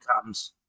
comes